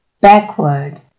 backward